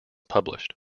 published